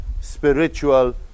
spiritual